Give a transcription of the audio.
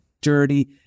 dirty